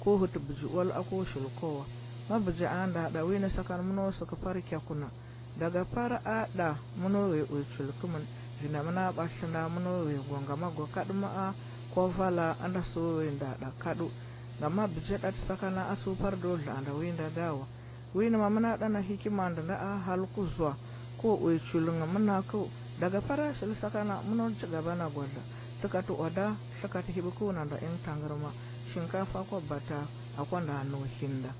Ko hɚti bɚgi oal ako shili ko wa ma bɚgi a nda wi nɚ sakana mɚno sɚkɚ pa kok u na daga a ɗa mɚno hghea uya chuli kɚmɚn ui nda mɚna batlitɚ nda mɚno hghea go ngama go kaɗu ma. a kwa vala ɚnda sɚu o nda ɗa kaɗu ngama bɚgi ɗati sakana a atsuɚ par do daa do wi nda ɗa wa wi nɚ mamɚ na ɗa na hikima ndu ndaa a hal ku zoa ko uya chuli ngɚ manakɚu daga para shi sakana mɚno chi ga ba na go zoa haka owada, tlakati hɚbɚkɚu na nda ingɚ tangɚrma shinkafa kwa bata a kwa nda ndu hinda